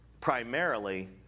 primarily